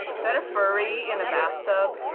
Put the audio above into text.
is that a furry in a bathtub?